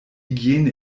hygiene